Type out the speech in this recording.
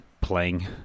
playing